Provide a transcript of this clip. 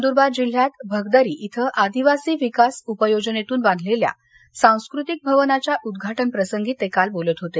नंदूरबार जिल्ह्यात भगदरी इथं आदिवासी विकास उपयोजनेतून बांधलेल्या सांस्कृतिक भवनाच्या उद्घाटन प्रसंगी ते काल बोलत होते